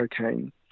cocaine